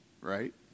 right